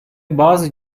bazı